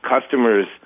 customers